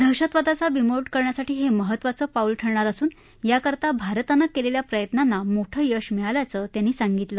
दहशतवादाचा बिमोड करण्यासाठी हे महत्त्वाचं पाऊल ठरणार असून याकरता भारतानं केलेल्या प्रयत्नांना मोठं यश मिळाल्याचं त्यांनी सांगितलं